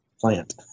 plant